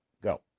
Go